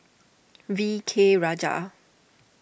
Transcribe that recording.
V K Rajah